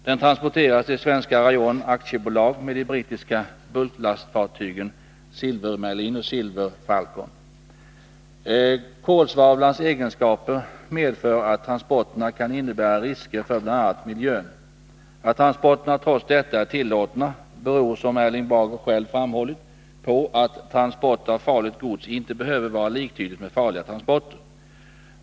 Den transporteras till Svenska Rayon AB med de brittiska bulklastfartygen Silvermerlin och Silverfalcon. Kolsvavlans egenskaper medför att transporterna kan innebära risker för bl.a. miljön. Att transporterna trots detta är tillåtna beror, som Erling Bager själv framhållit, på att transport av farligt gods inte behöver vara liktydigt med farliga transporter.